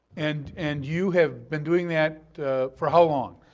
and and you have been doing that for how long?